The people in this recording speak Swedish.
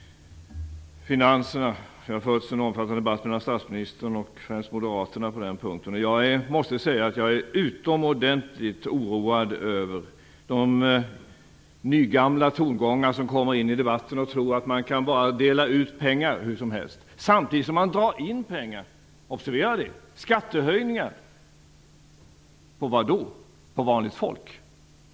Det har förts en omfattande debatt om finanserna mellan statsministern och främst moderaterna. Jag måste säga att jag är utomordentligt oroad över de nygamla tongångarna i debatten. Man tror att man bara kan dela ut pengar hur som helst. Samtidigt drar man in pengar - observera det! - genom skattehöjningar. För vem då? För vanligt folk!